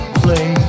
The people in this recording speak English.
play